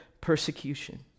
persecution